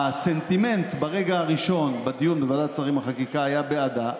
הסנטימנט ברגע הראשון בדיון בוועדת השרים לחקיקה היה בעדה,